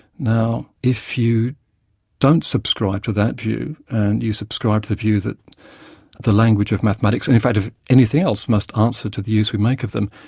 now, if you don't subscribe to that view, and you subscribe to the view that the language of mathematics, and in fact of anything else, must answer to the use we make of them,